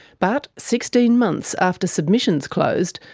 but sixteen months after submissions closed,